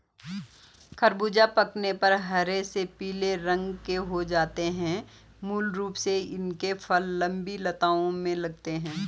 ख़रबूज़ा पकने पर हरे से पीले रंग के हो जाते है मूल रूप से इसके फल लम्बी लताओं में लगते हैं